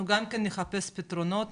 אנחנו נחפש פתרונות,